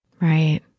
Right